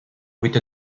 with